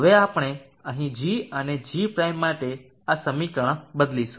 હવે આપણે અહીં g અને g પ્રાઈમ માટે આ સમીકરણ બદલીશું